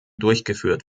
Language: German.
durchgeführt